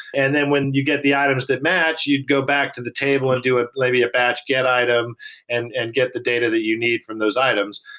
and then when you get the items that match, you'd go back to the table and do ah maybe a batch get item and and get the data that you need from those items.